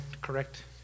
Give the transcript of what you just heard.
Correct